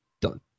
done